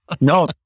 No